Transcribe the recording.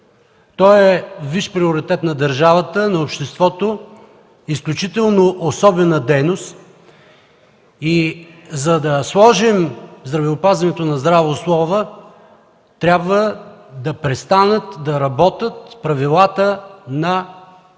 Той е висш приоритет на държавата, на обществото, изключително особена дейност. За да сложим здравеопазването на здрава основа, трябва да престанат да работят правилата на печалбата